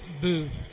booth